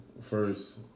first